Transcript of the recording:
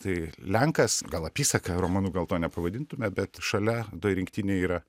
tai lenkas gal apysaka romanu gal to nepavadintume bet šalia toj rinktinė yra